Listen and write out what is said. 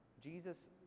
Jesus